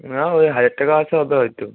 না ওই হাজার টাকা আসে হবে হয়তো